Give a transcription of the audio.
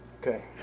Okay